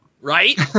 right